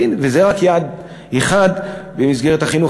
וזה רק יעד אחד במסגרת החינוך,